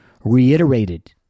reiterated